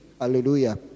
Hallelujah